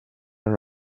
non